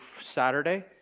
Saturday